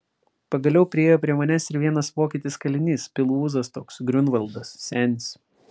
pagaliau priėjo prie manęs ir vienas vokietis kalinys pilvūzas toks griunvaldas senis